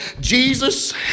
Jesus